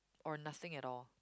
or nothing at all